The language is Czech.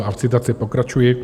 A v citaci pokračuji: